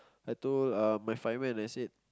I told uh my firemen I said